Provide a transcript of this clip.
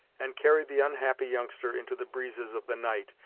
and carried the unhappy youngster into the breezes of the night,